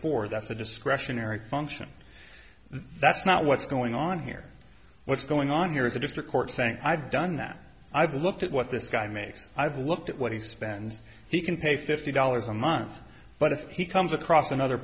afford that's a discretionary function that's not what's going on here what's going on here is a district court think i've done that i've looked at what this guy makes i've looked at what he spends he can pay fifty dollars a month but if he comes across another